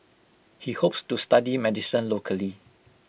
he hopes to study medicine locally